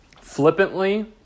flippantly